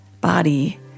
body